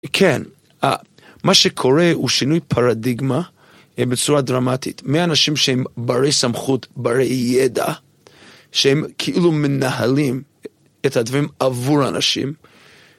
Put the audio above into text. כן, אה, מה שקורה הוא שינוי פרדיגמה, א-בצורה דרמטית. מהאנשים שהם ברי סמכות, ברי ידע, שהם כאילו מנהלים את הדברים עבור אנשים.